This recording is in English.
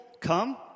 come